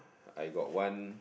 I got one